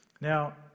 Now